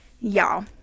y'all